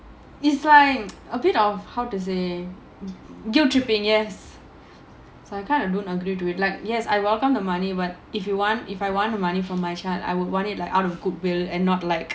is like a bit of how to say guilt tripping yes so I kind of don't agree to it yes I welcome the money but if you want if I want of money from my child I would want it like out of goodwill and not like